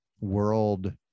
world